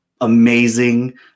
amazing